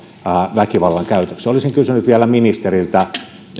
väkivallan käytöksi olisin kysynyt vielä ministeriltä